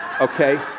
Okay